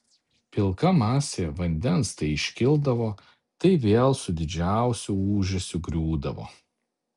pilka masė vandens tai iškildavo tai vėl su didžiausiu ūžesiu griūdavo